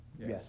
Yes